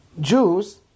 Jews